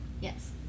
Yes